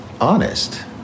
honest